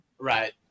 Right